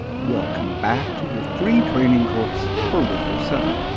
welcome back to your free training course for windows seven.